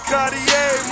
Cartier